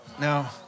Now